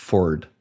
Ford